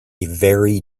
very